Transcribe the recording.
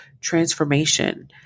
transformation